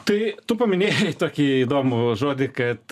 tai tu paminėjai tokį įdomų žodį kad